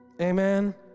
Amen